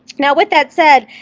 yeah with that said,